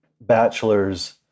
bachelor's